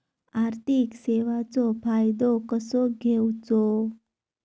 आर्थिक सेवाचो फायदो कसो घेवचो?